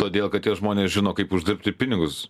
todėl kad tie žmonės žino kaip uždirbti pinigus